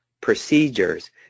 procedures